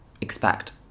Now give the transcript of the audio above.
expect